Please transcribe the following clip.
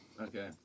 okay